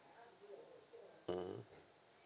mm